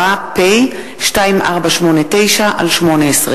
אני מתכבד לפתוח את ישיבת הכנסת.